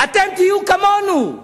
אתם תהיו כמונו.